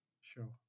sure